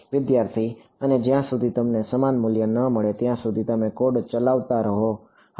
વિદ્યાર્થી અને જ્યાં સુધી તમને સમાન મૂલ્ય ન મળે ત્યાં સુધી તમે કોડ ચલાવતા રહો હા